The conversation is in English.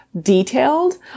detailed